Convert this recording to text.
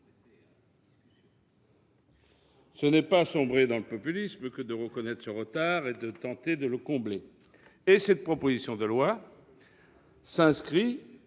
Ce n'est pas sombrer dans le populisme que de reconnaître ce retard et de tenter de le combler. Cette proposition de loi s'inscrit